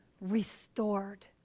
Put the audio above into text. restored